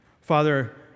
Father